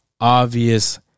obvious